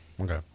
Okay